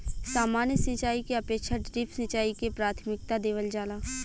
सामान्य सिंचाई के अपेक्षा ड्रिप सिंचाई के प्राथमिकता देवल जाला